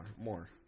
more